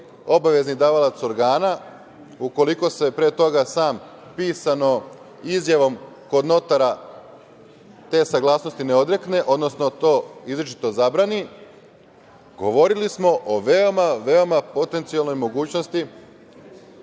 obavezni davalac organa ukoliko se pre toga sam pisanom izjavom kod notara te saglasnosti ne odrekne, odnosno to izričito zabrani, govorili smo o veoma, veoma potencijalnoj mogućnosti